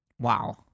Wow